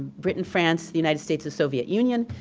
britain, france, the united states, the soviet union,